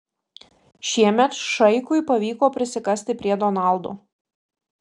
šiemet šaikui pavyko prisikasti prie donaldo